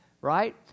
right